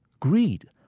greed